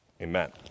amen